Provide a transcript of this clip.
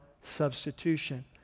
substitution